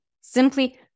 Simply